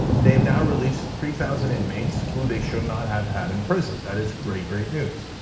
they've now released three thousand inmates who they should not have had in prison. that is great, great news.